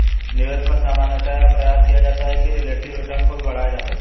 निवेश में सामान्यतया प्रयास किया जाता है कि रिलेटिव रिटर्न को बढ़ाया जा सके